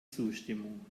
zustimmung